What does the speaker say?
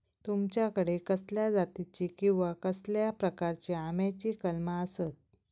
तुमच्याकडे कसल्या जातीची किवा कसल्या प्रकाराची आम्याची कलमा आसत?